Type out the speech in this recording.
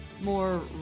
more